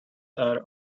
are